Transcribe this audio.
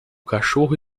cachorro